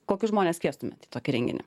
kokius žmones kviestumėt į tokį renginį